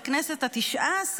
בכנסת ה-19,